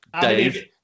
Dave